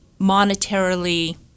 monetarily